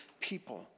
people